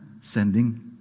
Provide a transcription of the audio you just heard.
sending